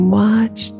watch